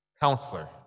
counselor